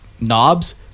knobs